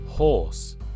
Horse